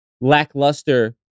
lackluster